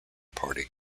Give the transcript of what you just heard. party